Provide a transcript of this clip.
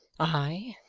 ay,